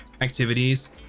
activities